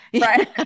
Right